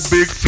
Big